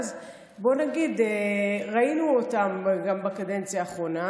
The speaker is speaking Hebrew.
בוא נגיד, ראינו אותם גם בקדנציה האחרונה.